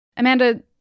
Amanda